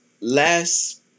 Last